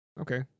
Okay